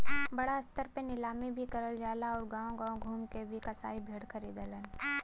बड़ा स्तर पे नीलामी भी करल जाला आउर गांव गांव घूम के भी कसाई भेड़ खरीदलन